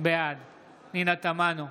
בעד פנינה תמנו,